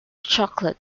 chocolate